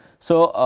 so,